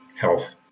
health